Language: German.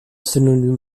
synonym